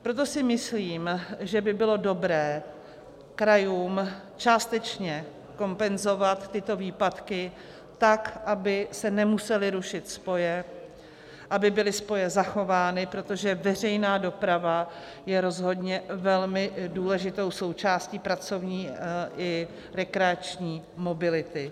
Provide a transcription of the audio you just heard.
Proto si myslím, že by bylo dobré krajům částečně kompenzovat tyto výpadky tak, aby se nemusely rušit spoje, aby byly spoje zachovány, protože veřejná doprava je rozhodně velmi důležitou součástí pracovní i rekreační mobility.